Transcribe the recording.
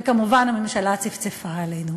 וכמובן הממשלה צפצפה עלינו.